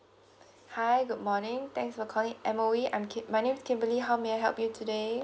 hi good morning thank you for calling M_O_E I'm kim~ my name is kimberley how may I help you today